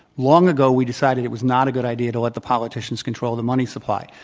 long ago we decided it was not a good idea to let the politicians control the money supply.